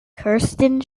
kirsten